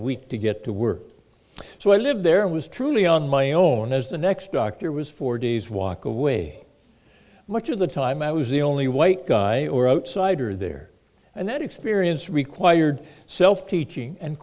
week to get to work so i lived there was truly on my own as the next doctor was four days walk away much of the time i was the only white guy or outsider there and that experience required self teaching and